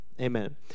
Amen